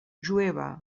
jueva